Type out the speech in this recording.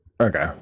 Okay